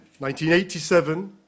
1987